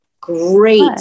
great